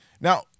Now